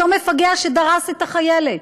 אותו מפגע שדרס את החיילת,